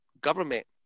Government